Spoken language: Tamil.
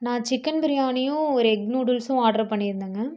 நான் சிக்கன் பிரியாணியும் ஒரு எக் நூடுல்ஸும் ஆடர் பண்ணிருந்தேங்க